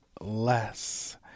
less